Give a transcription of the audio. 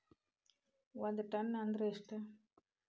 ಒಂದ್ ಟನ್ ಅಂದ್ರ ಎಷ್ಟ?